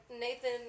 Nathan